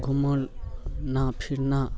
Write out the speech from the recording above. घूमल ना फिरना